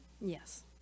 Yes